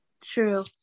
true